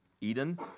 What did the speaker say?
Eden